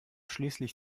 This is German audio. schließlich